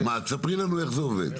ספרי לנו איך זה עובד.